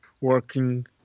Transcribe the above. working